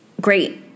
great